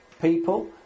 people